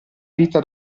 vita